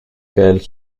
qu’elle